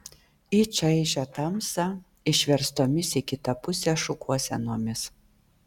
į čaižią tamsą išverstomis į kitą pusę šukuosenomis